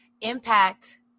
impact